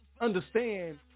understand